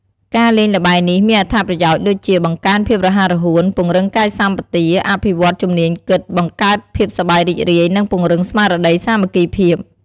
ការលេងល្បែងនេះមានអត្ថប្រយោជន៍ដូចជា បង្កើនភាពរហ័សរហួន ពង្រឹងកាយសម្បទា អភិវឌ្ឍជំនាញគិត បង្កើតភាពសប្បាយរីករាយនិងពង្រឹងស្មារតីសាមគ្គីភាព។